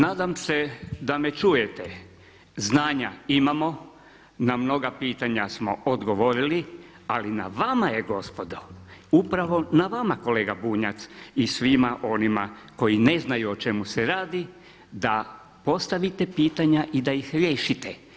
Nadam se da me čujete, znanja imamo, na mnoga pitanja smo odgovorili ali na vama je gospodo upravo na vama kolega Bunjac i svima onima koji ne znaju o čemu se radi da postavite pitanja i da ih riješite.